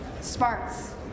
Sparks